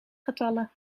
getallen